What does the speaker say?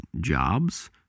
jobs